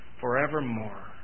forevermore